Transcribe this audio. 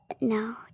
No